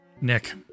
Nick